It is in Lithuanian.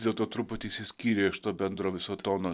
dėlto truputį išsiskyrė iš to bendro viso tono